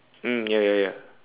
mm ya ya ya